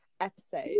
episode